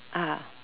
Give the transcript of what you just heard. ah